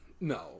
no